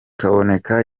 kaboneka